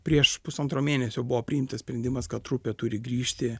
prieš pusantro mėnesio buvo priimtas sprendimas kad trupė turi grįžti